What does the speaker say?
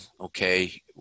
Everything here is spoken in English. okay